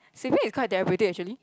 sweeping is quite therapeutic actually